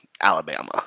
Alabama